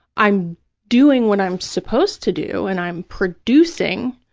i'm doing what i'm supposed to do and i'm producing.